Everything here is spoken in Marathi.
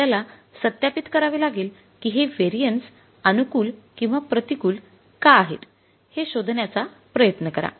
आपल्याला सत्यापित करावे लागेल की हे व्हेरिएन्स अनुकूल किंवा प्रतिकूल का आहेत हे शोधण्याचा प्रयत्न करा